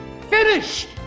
finished